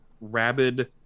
rabid